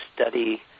study